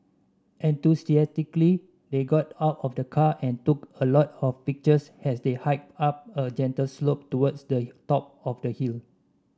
enthusiastically they got out of the car and took a lot of pictures as they hiked up a gentle slope towards the top of the hill